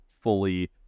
fully